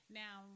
now